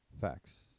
Facts